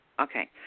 Okay